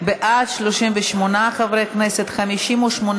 לוועדה את הצעת חוק